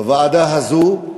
בוועדה הזאת,